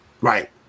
right